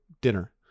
dinner